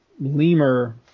lemur